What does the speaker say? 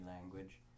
language